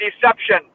deception